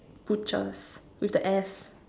butchers with the S